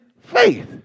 faith